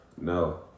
No